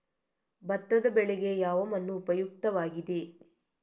ಭತ್ತದ ಬೆಳೆಗೆ ಯಾವ ಮಣ್ಣು ಉಪಯುಕ್ತವಾಗಿದೆ?